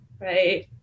right